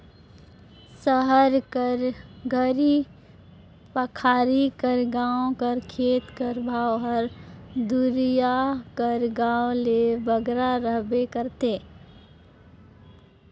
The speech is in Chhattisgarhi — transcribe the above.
सहर कर घरी पखारी कर गाँव कर खेत कर भाव हर दुरिहां कर गाँव ले बगरा रहबे करथे